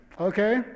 okay